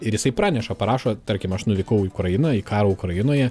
ir jisai praneša parašo tarkim aš nuvykau į ukrainą į karą ukrainoje